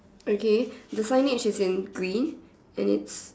okay the signage is in green and it's